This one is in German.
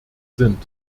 sind